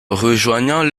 rejoignant